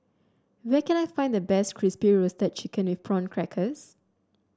where can I find the best Crispy Roasted Chicken with Prawn Crackers